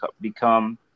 become